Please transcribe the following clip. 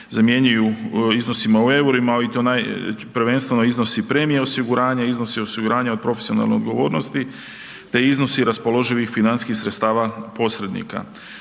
zamjenjuju iznosima u eurima i to naj, prvenstveno iznosi premije osiguranja, iznosi osiguranja od profesionalne odgovornosti te iznosi raspoloživih financijskih sredstava posrednika.